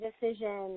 decision